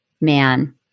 man